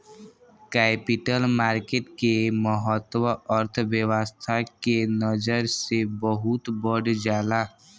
capital market के महत्त्व अर्थव्यस्था के नजर से बहुत बढ़ जाला